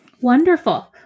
Wonderful